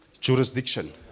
jurisdiction